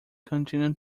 continue